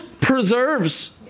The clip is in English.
preserves